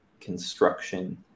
construction